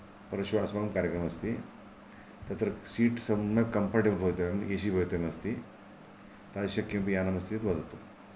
परश्वः अस्माकं कार्यक्रमः अस्ति तत्र सीट् सम्यक् कम्फर्टेबल् भवितव्यम् एसि भवितव्यम् अस्ति तादृशं किमपि यानम् अस्ति चेत् वदतु